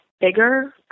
bigger